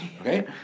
okay